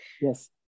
Yes